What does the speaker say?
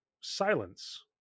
silence